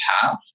path